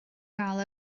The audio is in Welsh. gael